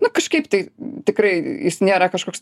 nu kažkaip tai tikrai nėra kažkoks